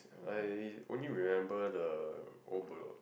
I only remember the old Bedok